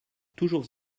toujours